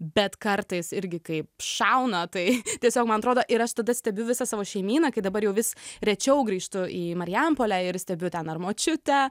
bet kartais irgi kaip šauna tai tiesiog man atrodo ir aš tada stebiu visą savo šeimyną kai dabar jau vis rečiau grįžtu į marijampolę ir stebiu ten ar močiutę